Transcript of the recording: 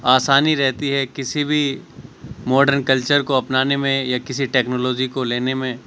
آسانی رہتی ہے کسی بھی موڈرن کلچر کو اپنانے میں یا کسی ٹکنالوجی کو لینے میں